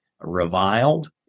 reviled